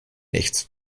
nichts